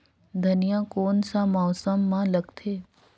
धनिया कोन सा मौसम मां लगथे?